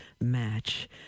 match